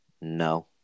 No